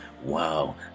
wow